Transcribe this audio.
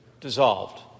dissolved